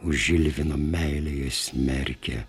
už žilvino meilę ją smerkia